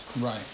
Right